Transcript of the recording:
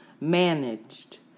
managed